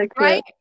right